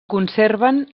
conserven